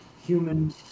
human